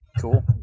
cool